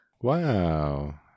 Wow